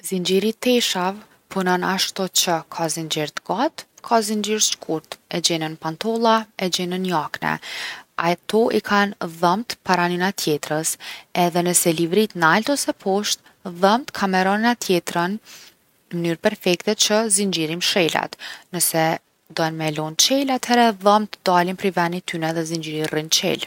Zinxhiri i teshave punon ashtu që ka zinxhir t’gatë, ka zinxhir t’shkurtë. E gjen n’pantolla, e gjen n’jakne. Ato i kan dhomt para njona tjetrës edhe nëse livrit nalt ose poshtë, dhomt kan me ra n’njona tjetrën n’mnyr perfekte që zinxhiri mshelet. Nëse don me e lon qel atëhere dhomt dalin prej venit tyne edhe zinxhiri rrin qel.